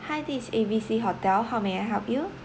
hi this is A B C hotel how may I help you